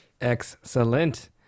Excellent